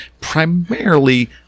primarily